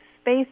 space